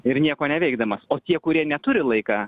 ir nieko neveikdamas o tie kurie neturi laiką